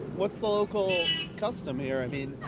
what's the local custom here? i meano